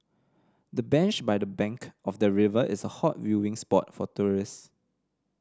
the bench by the bank of the river is a hot viewing spot for tourist